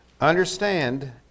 Understand